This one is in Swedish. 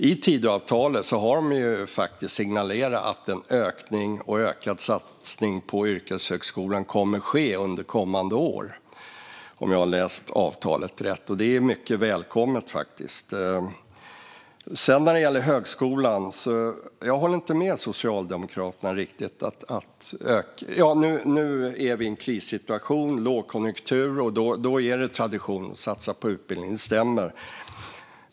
I Tidöavtalet signaleras det att en ökad satsning på yrkeshögskolan kommer att ske under kommande år, om jag har läst avtalet rätt. Det är mycket välkommet. När det gäller högskolan håller jag inte riktigt med Socialdemokraterna. Nu är vi i en krissituation med lågkonjunktur, och då är det tradition att man satsar på utbildning - det stämmer.